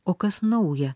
o kas nauja